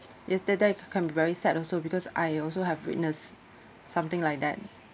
yes that that can be very sad also because I also have witnessed something like that